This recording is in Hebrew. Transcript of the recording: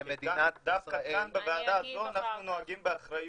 דווקא כאן בוועדה הזו אנחנו נוהגים באחריות,